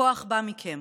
הכוח בא מכם.